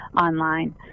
online